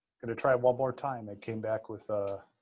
going to try one more time, it came back with a